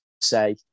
say